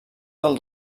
del